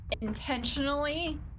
intentionally